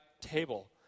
table